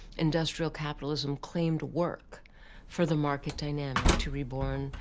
industrial capitalism claimed work for the market dynamic to reborn,